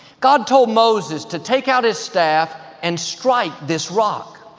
god told moses to take out his staff and strike this rock.